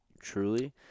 truly